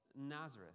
Nazareth